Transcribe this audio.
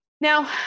Now